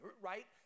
right